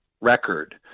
record